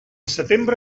setembre